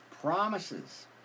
promises